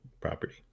property